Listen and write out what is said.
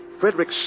Frederick